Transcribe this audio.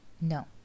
No